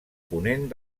ponent